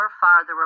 farther